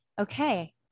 Okay